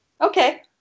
Okay